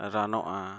ᱨᱟᱱᱚᱜᱼᱟ